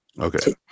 Okay